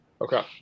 Okay